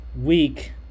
week